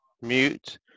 mute